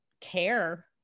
care